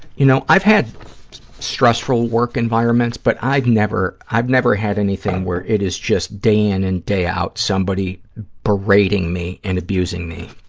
you know, i've had stressful work environments, but i've never, i've never had anything where it is just day and and day out somebody berating me and abusing me,